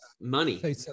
money